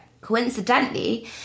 Coincidentally